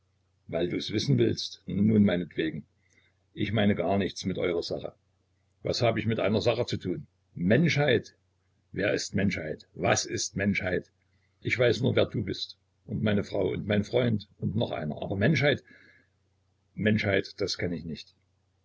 weil du es wissen willst nun meinetwegen ich meine gar nichts mit eurer sache was hab ich mit einer sache zu tun menschheit wer ist menschheit was ist menschheit ich weiß nur wer du bist und meine frau und mein freund und noch einer aber menschheit menschheit das kenn ich nicht